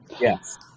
Yes